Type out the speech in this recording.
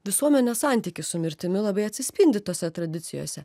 visuomenės santykis su mirtimi labai atsispindi tose tradicijose